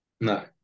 No